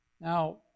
Now